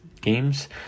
games